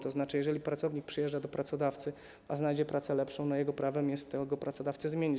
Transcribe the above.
To znaczy, że jeżeli pracownik przyjeżdża do pracodawcy, a znajdzie pracę lepszą, to jego prawem jest tego pracodawcę zmienić.